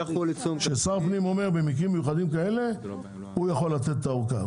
כששר פנים אומר שמקרים מיוחדים כאלה הוא יכול לתת את האורכה,